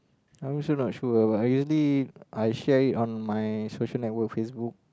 I also not sure but I usually I share it on my social network Facebook